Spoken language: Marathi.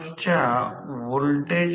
तर ns 120 50 विभाजित 4